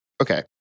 okay